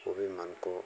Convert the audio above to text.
वो भी मन को